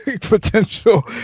potential